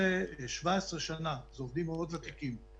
15-17 שנה, עובדים מאוד ותיקים.